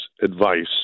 advice